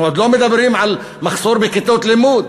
אנחנו עוד לא מדברים על מחסור בכיתות לימוד.